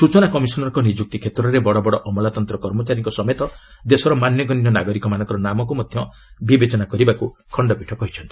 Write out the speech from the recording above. ସୂଚନା କମିଶନରଙ୍କ ନିଯୁକ୍ତି କ୍ଷେତ୍ରରେ ବଡ଼ବଡ଼ ଅମଲାତନ୍ତ୍ର କର୍ମଚାରୀଙ୍କ ସମେତ ଦେଶର ମାନ୍ୟଗଣ୍ୟ ନାଗରିକମାନଙ୍କ ନାମକୁ ମଧ୍ୟ ବିବେଚନା କରିବାକୁ ଖଣ୍ଡପୀଠ କହିଚ୍ଛନ୍ତି